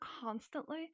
constantly